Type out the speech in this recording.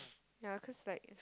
ya cause like